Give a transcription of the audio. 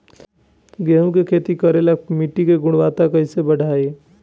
गेहूं के खेती करेला मिट्टी के गुणवत्ता कैसे बढ़ाई?